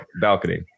balcony